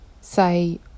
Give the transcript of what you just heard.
say